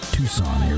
Tucson